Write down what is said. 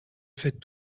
fais